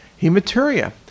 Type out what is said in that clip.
hematuria